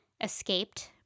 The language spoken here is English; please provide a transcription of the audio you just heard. escaped